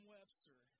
Webster